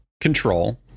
control